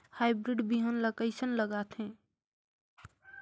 Hybrid बिहान ला कइसन लगाथे?